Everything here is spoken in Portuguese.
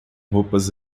roupas